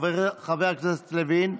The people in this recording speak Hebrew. חבר הכנסת לוין,